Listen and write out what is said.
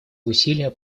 усилия